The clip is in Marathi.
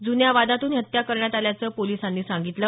जून्या वादातून ही हत्या करण्यात आल्याचं पोलिसांनी सांगितलं